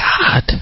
God